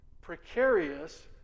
precarious